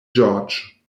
george